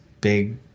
big